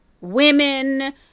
women